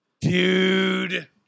dude